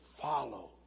follow